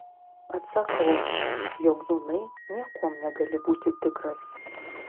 atsakau jog nūnai niekuom negali būti tikras